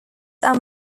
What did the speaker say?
are